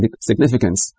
significance